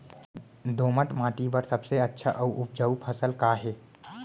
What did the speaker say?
दोमट माटी बर सबले अच्छा अऊ उपजाऊ फसल का हे?